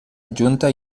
adjunta